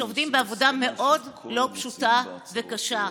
שעובדים בעבודה מאוד לא פשוטה וקשה.